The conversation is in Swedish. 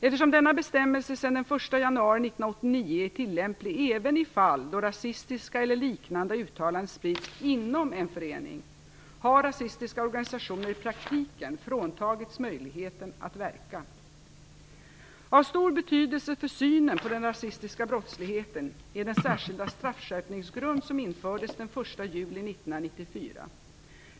Eftersom denna bestämmelse sedan den 1 januari 1989 är tillämplig även i fall då rasistiska eller liknande uttalanden sprids inom en förening har rasistiska organisationer i praktiken fråntagits möjligheten att verka. Av stor betydelse för synen på den rasistiska brottsligheten är den särskilda straffskärpningsgrund som infördes den 1 juli 1994.